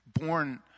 born